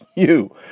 you.